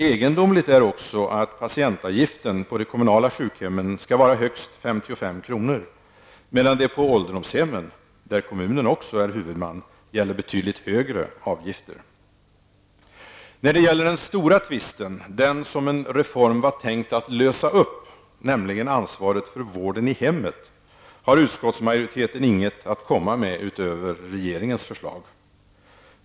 Egendomligt är också att patientavgiften på de kommunala sjukhemmen skall vara högst 55 kr., medan ålderdomshemmen, där kommunen också är huvudman, har betydligt högre avgifter. När det gäller den stora tivsten, den som en reform var tänkt att lösa upp, nämligen ansvaret för vården i hemmet, har utskottsmajoriteten inget att komma med utöver regeringens förslag.